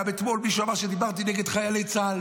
גם אתמול מישהו אמר שדיברתי נגד חיילי צה"ל.